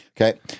Okay